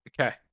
Okay